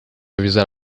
avisar